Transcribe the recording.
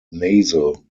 nasal